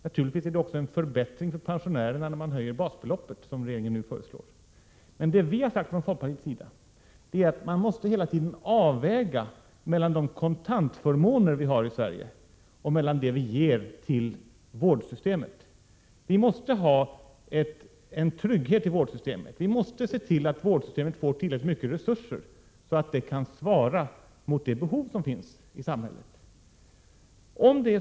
Naturligtvis är det också en förbättring för pensionärerna när man höjer basbeloppet, som regeringen nu föreslår. Vad vi har sagt från folkpartiets sida är att man hela tiden måste avväga mellan de kontantförmåner som vi har i Sverige och det som vi ger till vårdsystemet. Vi måste ha en trygghet i vården. Vi måste se till att vårdsystemet får tillräckligt mycket resurser, så att det kan svara mot de behov som finns i samhället.